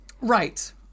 Right